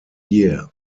year